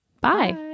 bye